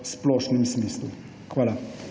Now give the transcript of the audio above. splošnem smislu. Hvala.